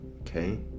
okay